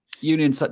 Union